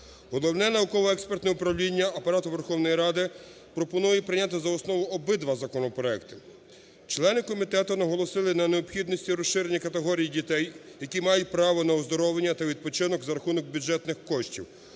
Головне Науково-експортне управлення Апарату Верховної Ради пропонує прийняти за основу обидва законопроекти. Члени комітету наголосили на необхідності розширення категорій дітей, які мають право на оздоровлення та відпочинок за рахунок бюджетних коштів.